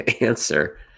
answer